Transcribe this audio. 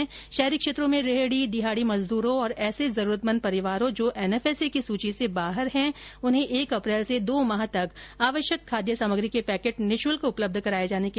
जबकि शहरी क्षेत्रों में रेहडी दिहाड़ी मजदूरों और ऐसे जरूरतमंद परिवारों जो एनएफएसए की सूची से बाहर हैं उन्हे एक अप्रेल से दो माह तक आवश्यक खाद्य सामग्री के पैकेट निःशुल्क उपलब्ध कराए जाने के भी निर्देश दिए हैं